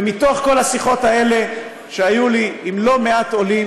מתוך כל השיחות האלה שהיו לי עם לא מעט עולים